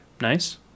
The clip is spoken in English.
Nice